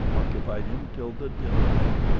occupied him till the dinner hour.